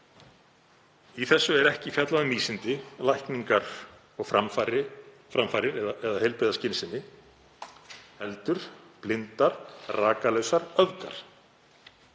Í þessu er ekki fjallað um vísindi, lækningar og framfarir eða heilbrigða skynsemi heldur blindar, rakalausar öfgar.